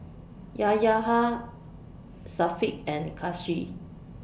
Yayaha Syafiq and Kasih